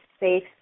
safe